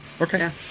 Okay